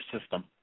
system